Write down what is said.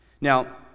Now